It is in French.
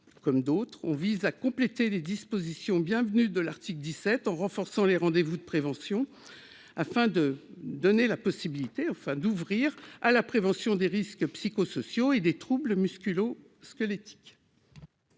comme d'autres, on vise à compléter les dispositions bienvenue de l'article 17 en renforçant les rendez-vous de prévention afin de donner la possibilité enfin d'ouvrir à la prévention des risques psycho-sociaux et des troubles musculo-ce que l'éthique.